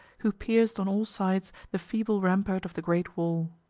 who pierced on all sides the feeble rampart of the great wall.